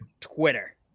Twitter